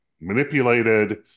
manipulated